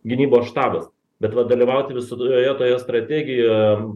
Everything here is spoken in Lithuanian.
gynybos štabas bet va dalyvauti vis oje toje strategijom